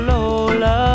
Lola